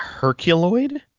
Herculoid